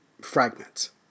fragments